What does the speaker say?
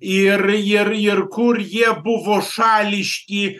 ir ir ir kur jie buvo šališki